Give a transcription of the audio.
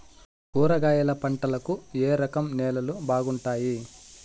కూరగాయల పంటలకు ఏ రకం నేలలు బాగుంటాయి?